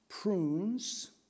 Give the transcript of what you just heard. Prunes